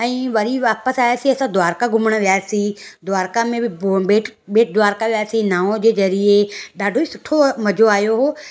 ऐं वरी वापसि आहियासीं असां द्वारका घुमणु वियासीं द्वारका में बि बेट द्वारका वियासीं नाव जे ज़रिए ॾाढो ई सुठो हुओ मज़ो आहियो हुओ